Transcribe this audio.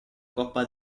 coppa